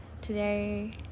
today